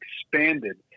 expanded